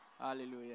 Hallelujah